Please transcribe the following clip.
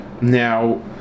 Now